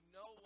no